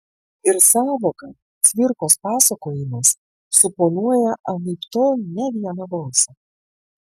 ir sąvoka cvirkos pasakojimas suponuoja anaiptol ne vieną balsą